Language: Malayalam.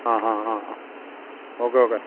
ആ ആ ആ ആ ഓക്കെ ഓക്കെ